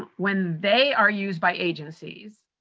ah when they are used by agencies,